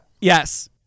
Yes